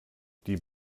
die